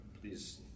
please